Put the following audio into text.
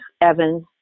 Evans